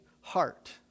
heart